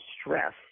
stress